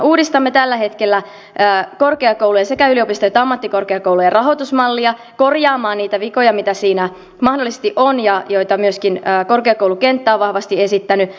uudistamme tällä hetkellä korkeakoulujen sekä yliopistojen että ammattikorkeakoulujen rahoitusmallia korjaamaan niitä vikoja mitä siinä mahdollisesti on ja mitä myöskin korkeakoulukenttä on vahvasti esittänyt